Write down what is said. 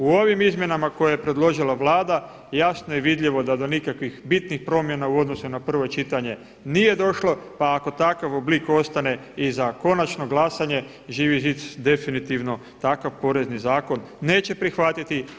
U ovim izmjenama koje je predložila Vlada jasno je i vidljivo da do nikakvih bitnih promjena u odnosu na prvo čitanje nije došlo pa ako takav oblik ostane i za konačno glasanje Živi zid definitivno takav Porezni zakon neće prihvatiti.